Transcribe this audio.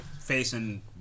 facing